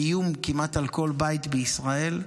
של איום על כל בית בישראל כמעט?